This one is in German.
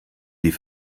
die